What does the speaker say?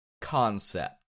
concept